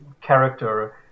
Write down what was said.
character